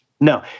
no